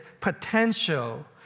potential